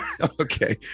okay